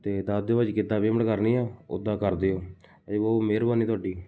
ਅਤੇ ਦੱਸ ਦਿਓ ਭਾਅ ਜੀ ਕਿੱਦਾਂ ਪੇਮੈਂਟ ਕਰਨੀ ਆ ਉੱਦਾਂ ਕਰ ਦਿਓ ਇਹ ਬਹੁਤ ਮਿਹਰਬਾਨੀ ਤੁਹਾਡੀ